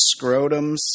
scrotums